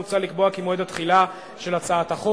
מוצע לקבוע כי מועד התחילה של החוק